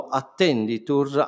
attenditur